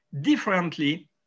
differently